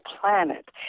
planet